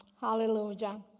Hallelujah